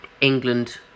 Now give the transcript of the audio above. England